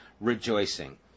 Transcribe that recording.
rejoicing